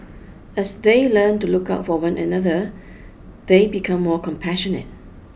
as they learn to look out for one another they become more compassionate